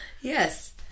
Yes